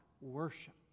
worship